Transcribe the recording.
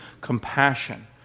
compassion